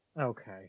Okay